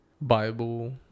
Bible